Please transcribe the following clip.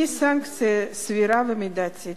היא סנקציה סבירה ומידתית.